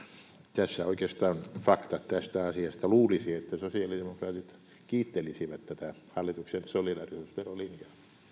tässä oikeastaan faktat tästä asiasta luulisi että sosiaalidemokraatit kiittelisivät tätä hallituksen solidaarisuusverolinjaa